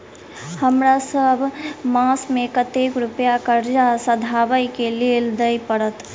हमरा सब मास मे कतेक रुपया कर्जा सधाबई केँ लेल दइ पड़त?